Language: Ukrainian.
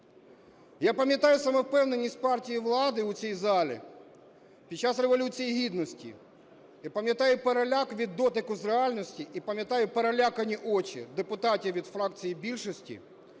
Я пам'ятаю самовпевненість партії влади у цій залі під час Революції Гідності. І пам'ятаю переляк від дотику з реальністю, і пам'ятаю перелякані очі депутатів від фракції більшості,